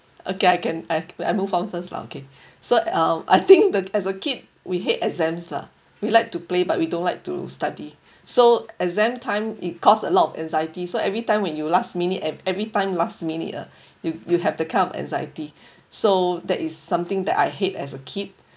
okay I can I k~ I move on first lah okay so uh I think that as a kid we hate exams lah we like to play but we don't like to study so exam time it caused a lot of anxiety so every time when you last minute and every time last minute uh you you have that kind of anxiety so that is something that I hate as a kid